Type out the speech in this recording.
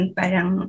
parang